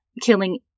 killing